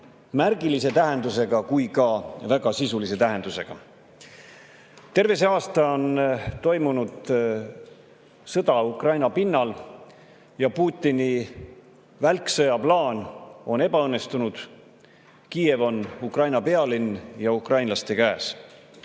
märgilise tähendusega kui ka väga sisulise tähendusega. Terve see aasta on toimunud sõda Ukraina pinnal. Putini välksõjaplaan on ebaõnnestunud. Kiiev on Ukraina pealinn ja ukrainlaste käes.